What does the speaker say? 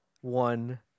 one